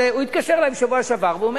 הוא התקשר אלי בשבוע שעבר, אתה אומר